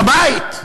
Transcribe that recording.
בבית.